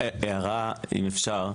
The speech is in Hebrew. הערה, אם אפשר,